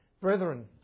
brethren